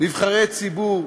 נבחרי ציבור.